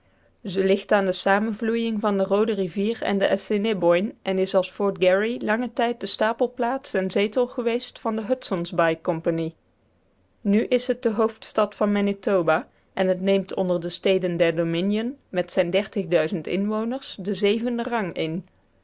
ze ligt aan de samenvloeiing van de roode rivier en de assiniboine en is als fort garry langen tijd de stapelplaats en zetel geweest van de hudsonsbaai compagnie nu is het de hoofdstad van manitoba en het neemt onder de steden der dominion met zijne inwoners den zevenden rang in